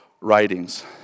writings